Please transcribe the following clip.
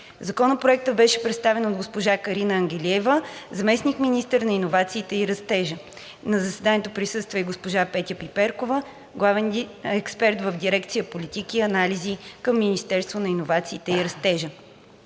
Законопроектът беше представен от госпожа Карина Ангелиева – заместник-министър на иновациите и растежа. На заседанието присъства и госпожа Петя Пиперкова – главен експерт в дирекция „Политики и анализи“ към Министерството на иновациите и растежа.